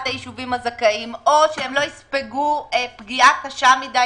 היישובים הזכאים על מנת שהם לא יספגו מכה קשה מדי